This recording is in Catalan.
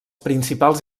principals